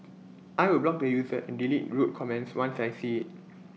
I will block the user and delete rude comments once I see IT